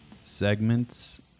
segments